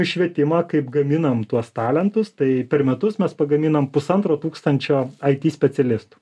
į švietimą kaip gaminam tuos talentus tai per metus mes pagaminam pusantro tūkstančio it specialistų